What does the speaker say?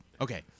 Okay